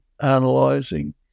analyzing